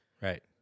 Right